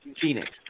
Phoenix